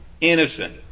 innocent